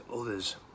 others